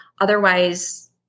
Otherwise